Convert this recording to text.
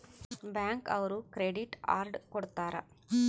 bank ಅವ್ರು credit card ಕೊಡ್ತಾರ